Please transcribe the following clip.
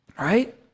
right